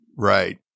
Right